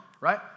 right